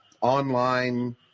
online